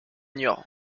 niort